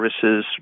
services